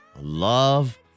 love